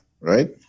right